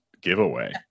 giveaway